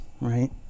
right